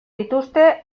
dituzte